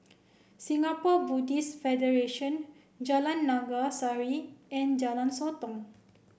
Singapore Buddhist Federation Jalan Naga Sari and Jalan Sotong